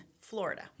Florida